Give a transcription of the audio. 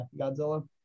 Godzilla